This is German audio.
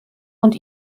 und